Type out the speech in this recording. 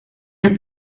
eût